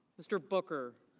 mr. booker.